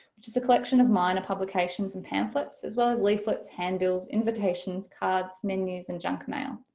which is a collection of minor publications and pamphlets as well as leaflets, handbills, invitations, cards, menus and junk mail.